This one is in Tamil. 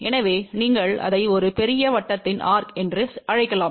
எனவே நீங்கள் அதை ஒரு பெரிய வட்டத்தின் ஆர்க் என்று அழைக்கலாம்